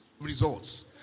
results